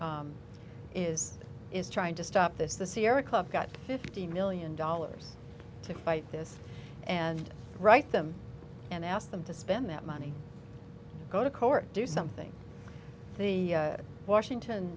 that is is trying to stop this the sierra club got fifty million dollars to fight this and write them and ask them to spend that money go to court do something the washington